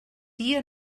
dia